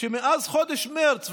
שמאז חודש מרץ,